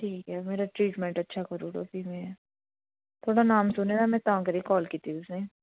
ठीक ऐ मेरा ट्रीटमेंट अच्छा करी ओड़ेओ भी में थुआढ़ा नाम सुने दा में तां करियै कॉल कीती तुसेंगी